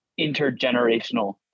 intergenerational